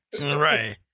right